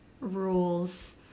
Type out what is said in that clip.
rules